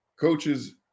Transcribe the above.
coaches